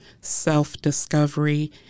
self-discovery